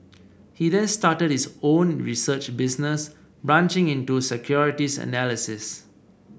he then started his own research business branching into securities analysis